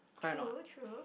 true true